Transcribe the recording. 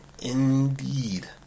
Indeed